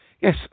yes